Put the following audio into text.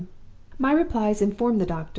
my replies informed the doctor,